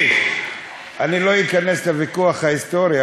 אני לא אכנס לוויכוח ההיסטורי,